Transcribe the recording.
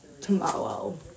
tomorrow